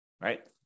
right